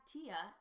Tia